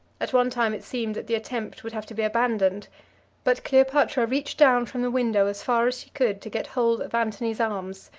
at one time it seemed that the attempt would have to be abandoned but cleopatra reached down from the window as far as she could to get hold of antony's arms,